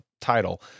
title